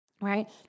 right